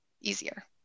easier